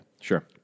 Sure